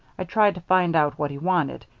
i tried to find out what he wanted,